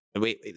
Wait